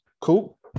Cool